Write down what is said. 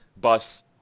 bus